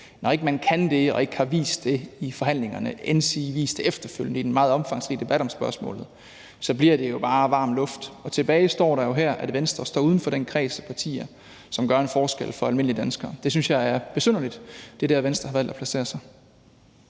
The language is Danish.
når ikke man kan det og ikke har vist det i forhandlingerne endsige vist det efterfølgende i den meget omfangsrige debat om spørgsmålet, så bliver det jo bare varm luft. Og tilbage står jo her, at Venstre står uden for den kreds af partier, som gør en forskel for almindelige danskere. Det synes jeg er besynderligt, altså at det er der, Venstre har valgt at placere sig.